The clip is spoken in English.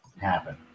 happen